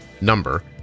number